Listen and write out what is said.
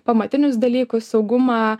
pamatinius dalykus saugumą